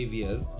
years